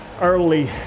early